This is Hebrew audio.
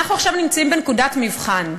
עכשיו אנחנו נמצאים בנקודת מבחן.